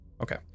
Okay